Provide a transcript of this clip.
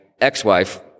ex-wife